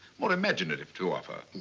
more imaginative to offer.